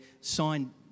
signed